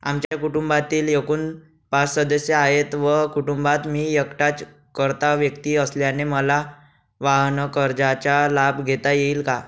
आमच्या कुटुंबात एकूण पाच सदस्य आहेत व कुटुंबात मी एकटाच कर्ता व्यक्ती असल्याने मला वाहनकर्जाचा लाभ घेता येईल का?